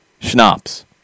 schnapps